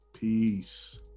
peace